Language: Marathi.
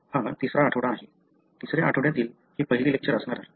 हा तिसरा आठवडा आहे तिसऱ्या आठवड्यातील हे पहिले लेक्चर असणार आहे